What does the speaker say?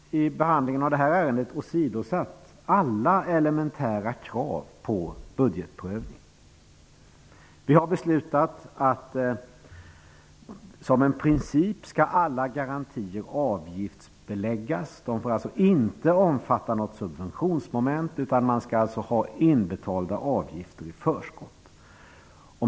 I behandlingen av detta ärende har man åsidosatt alla elementära krav på budgetprövning. Vi har beslutat att alla garantier skall avgiftsbeläggas som en princip. De får alltså inte omfatta något subventionsmoment, utan avgifterna skall betalas in i förskott.